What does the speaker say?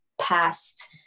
past